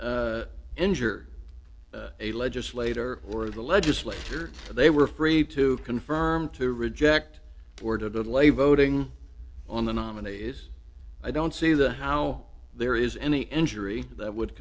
injure a legislator or the legislature so they were free to confirm to reject or delay voting on the nominees i don't see the how there is any injury that would